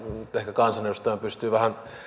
kansanedustajana pystyy vähän